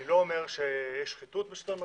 אני לא אומר שיש שחיתות בשלטון המרכזי,